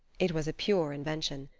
it was a pure invention.